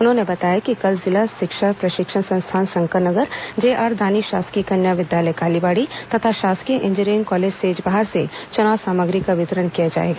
उन्होंने बताया कि कल वीवीपैट मशीनों का जिला शिक्षा प्रशिक्षण संस्थान शंकर नगर जेआर दानी शासकीय कन्या विद्यालय कालीबाड़ी तथा शासकीय इंजीनियरिंग कॉलेज सेजबहार से चुनाव सामग्रियों का वितरण किया जाएगा